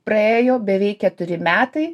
praėjo beveik keturi metai